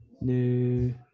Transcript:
new